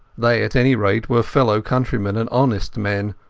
they at any rate were fellow-countrymen and honest men,